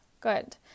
Good